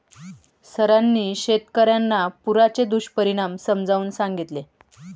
सरांनी शेतकर्यांना पुराचे दुष्परिणाम समजावून सांगितले